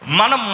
Mana